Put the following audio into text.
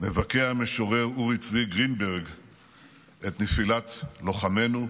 מבכה המשורר אורי צבי גרינברג את נפילת לוחמינו,